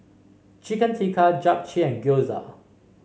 Chicken Tikka Japchae and Gyoza